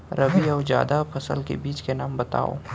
रबि अऊ जादा फसल के बीज के नाम बताव?